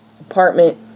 apartment